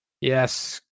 Yes